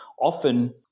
often